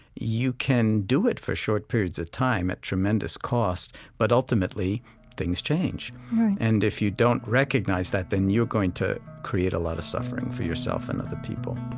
you can do it for short periods of time at tremendous cost, but ultimately things change right and if you don't recognize that, then you're going to create a lot of suffering for yourself and other people